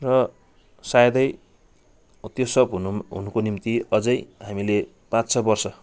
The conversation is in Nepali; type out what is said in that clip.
र सायदै त्यो सब हुनु हुनुको निम्ति अझै हामीले पाँच छ वर्ष